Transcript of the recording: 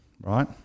right